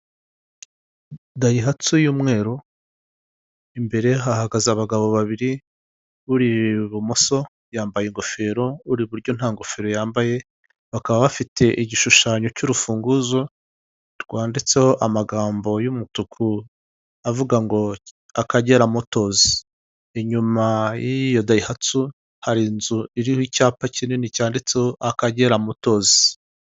Dayihatsu y'umweru, imbere hahagaze abagabo babiri, uri ibumoso yambaye ingofero, uri iburyo nta ngofero yambaye, bakaba bafite igishushanyo cy'urufunguzo, rwanditseho amagambo y'umutuku avuga ngo Akagera motozi. Inyuma y'iyo dayihatsu, hari inzu iriho icyapa kinini cyanditseho Akagera motozi.